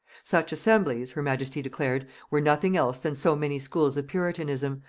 such assemblies, her majesty declared, were nothing else than so many schools of puritanism,